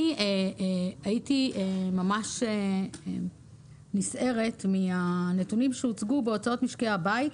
הייתי ממש נסערת מהנתונים שהוצגו בהוצאות משקי הבית,